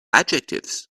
adjectives